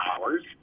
hours